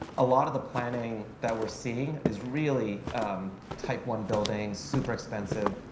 a lot of the planning that we're seeing is really type one building, super expensive,